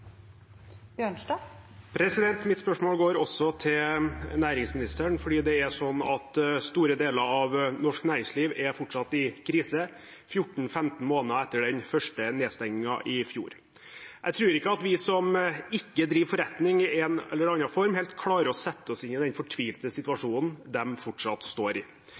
norsk næringsliv er fortsatt i krise 14–15 måneder etter den første nedstengingen i fjor. Jeg tror ikke at vi som ikke driver forretning i en eller annen form, helt klarer å sette oss inn i den fortvilte situasjonen de fortsatt står i.